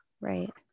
Right